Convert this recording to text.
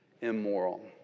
immoral